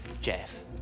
Jeff